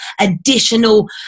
additional